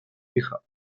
hija